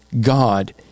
God